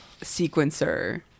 sequencer